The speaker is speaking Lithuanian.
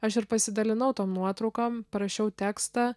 aš ir pasidalinau tom nuotraukom parašiau tekstą